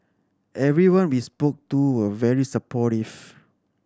everyone we spoke to were very supportive